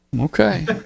okay